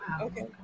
okay